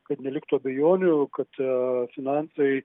kad neliktų abejonių kad finansai